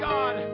God